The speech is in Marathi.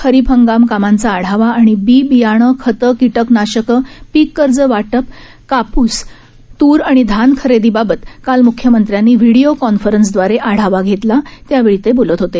खरीप हंगाम कामांचा आढावा व बी बियाणे खते किटकनाशके पिक कर्ज वाटप काप्स तूर व धान खरेदी बाबत काल म्ख्यमंत्र्यांनी व्हिडीओ कॉन्फरन्सदवारे आढावा घेतला यावेळी ते बोलत होते